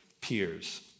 peers